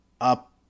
Up